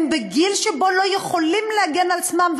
הם בגיל שבו הם לא יכולים להגן על עצמם,